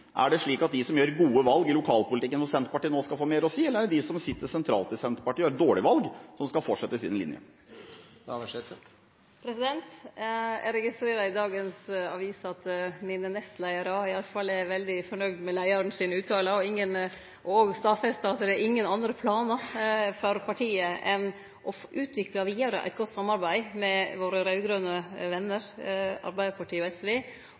Er det slik at de som gjør gode valg i lokalpolitikken – hvorav Senterpartiet – nå skal få mer å si, eller er det de som sitter sentralt i Senterpartiet og gjør et dårlig valg, som skal fortsette sin linje? Eg registrerer i dagens avis at nestleiarane mine i alle fall er veldig fornøgde med utsegnene til leiaren sin, og stadfestar at det ikkje er andre planar for partiet enn å utvikle vidare eit godt samarbeid med våre raud-grøne vener, Arbeidarpartiet og SV,